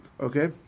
okay